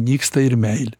nyksta ir meilė